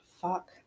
fuck